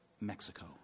Mexico